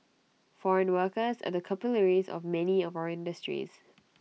foreign workers are the capillaries of many of our industries